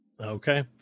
Okay